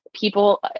people